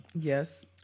Yes